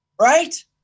Right